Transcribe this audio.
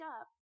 up